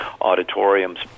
auditoriums